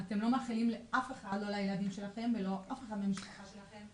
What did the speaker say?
את לא מאחלים לאף אחד ולא לילדים ולא לאף אחד מהמשפחה שלכם.